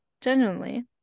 genuinely